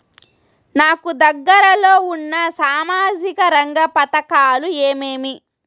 నాకు దగ్గర లో ఉన్న సామాజిక రంగ పథకాలు ఏమేమీ?